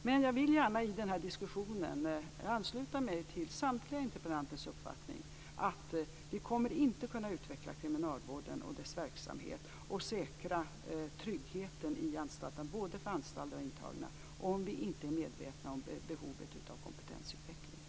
Men jag vill gärna i den här diskussionen ansluta mig till samtliga interpellanters uppfattning, att vi inte kommer att kunna utveckla kriminalvården och dess verksamhet och säkra tryggheten i anstalterna för både anställda och intagna om vi inte är medvetna om behovet av kompetensutveckling.